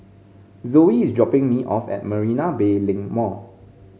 Zoey is dropping me off at Marina Bay Link Mall